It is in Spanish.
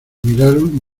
miraron